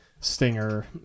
stinger